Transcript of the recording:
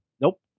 nope